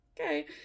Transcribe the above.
Okay